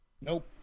Nope